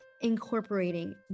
incorporating